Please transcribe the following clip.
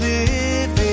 Living